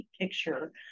picture